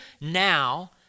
now